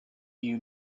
you